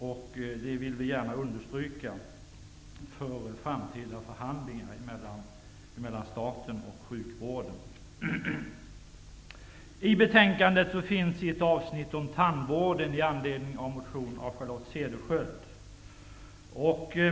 Jag vill gärna understryka det, för framtida förhandlingar mellan staten och sjukvården. I betänkandet finns ett avsnitt om tandvården, i anledning av en motion av Charlotte Cederschiöld.